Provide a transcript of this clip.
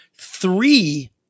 three